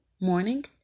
morning